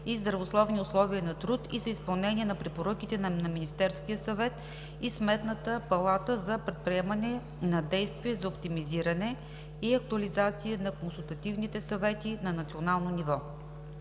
и здравословни условия на труд и за изпълнение на препоръките на Министерския съвет и Сметната палата за предприемане на действия за оптимизиране и актуализация на консултативните съвети на национално ниво.